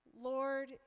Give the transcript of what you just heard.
Lord